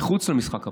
מחוץ למשחק הפוליטי.